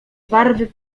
barwy